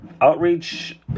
Outreach